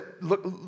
look